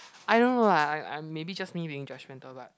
I don't know lah I'm I'm maybe just me being judgmental but